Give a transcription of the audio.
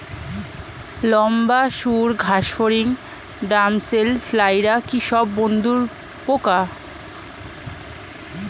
লম্বা সুড় ঘাসফড়িং ড্যামসেল ফ্লাইরা কি সব বন্ধুর পোকা?